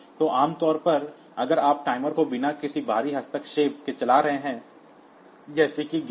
तो आम तौर पर अगर आप टाइमर को बिना किसी बाहरी हस्तक्षेप के चला रहे हैं जैसे कि गेट